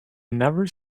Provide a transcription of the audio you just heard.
never